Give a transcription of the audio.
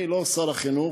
אני לא שר החינוך,